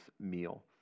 meal